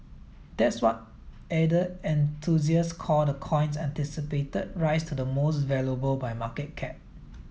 that's what ether enthusiasts call the coin's anticipated rise to the most valuable by market cap